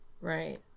Right